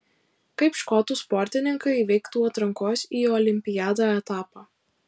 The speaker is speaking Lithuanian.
kaip škotų sportininkai įveiktų atrankos į olimpiadą etapą